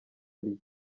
ari